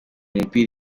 umupira